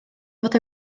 fod